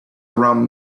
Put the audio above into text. around